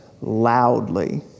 loudly